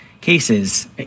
cases